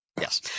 Yes